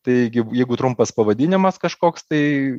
taigi jeigu trumpas pavadinimas kažkoks tai